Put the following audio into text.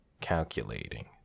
calculating